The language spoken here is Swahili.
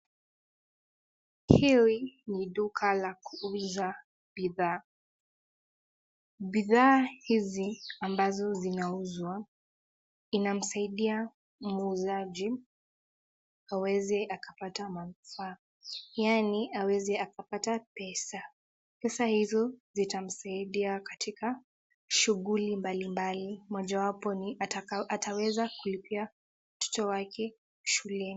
Hili ni duka la kuuza bidhaa. Bidhaa hizi ambazo zinauzwa inamsaidia muuzaji aweze akapata manufaa yaani aweze akapata pesa. Pesa hizo zitamsaidia katika shughuli mbalimbali mojawapo ni ataweza kuwalipia watoto wake shuleni.